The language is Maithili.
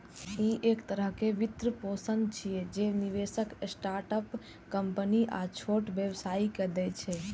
ई एक तरहक वित्तपोषण छियै, जे निवेशक स्टार्टअप कंपनी आ छोट व्यवसायी कें दै छै